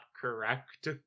correct